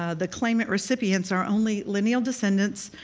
ah the claimant recipients are only lineal descendants,